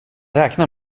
räknar